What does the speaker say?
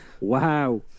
wow